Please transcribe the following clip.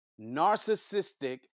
narcissistic